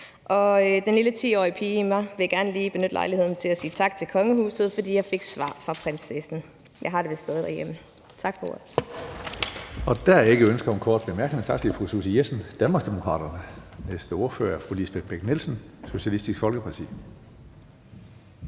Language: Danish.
og den lille 10-årige pige i mig vil gerne benytte lejligheden til at sige tak til kongehuset, fordi jeg fik svar fra prinsessen. Jeg har det vist stadig derhjemme. Tak for ordet.